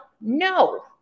No